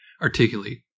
articulate